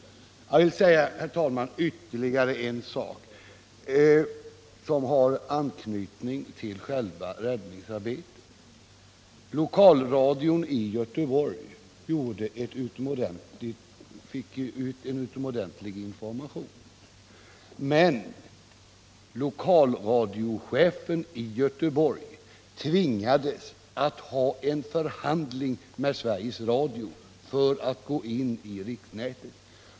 Jag vill, herr talman, säga ytterligare en sak som har anknytning till själva räddningsarbetet. Lokalradion i Göteborg svarade för en mycket god information, men lokalradiochefen i Göteborg tvingades att ha en förhandling med Sveriges Radio för att få gå in på riksnätet.